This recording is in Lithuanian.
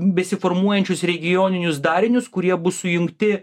besiformuojančius regioninius darinius kurie bus sujungti